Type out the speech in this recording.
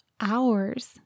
hours